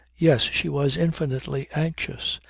yes, she was infinitely anxious.